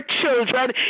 children